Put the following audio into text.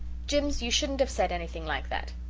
jims, you shouldn't have said anything like that.